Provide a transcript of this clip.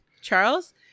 Charles